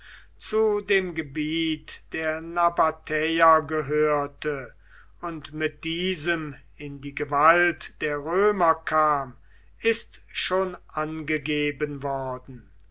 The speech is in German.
zu dem gebiet der nabatäer gehörte und mit diesem in die gewalt der römer kam ist schon angegeben worden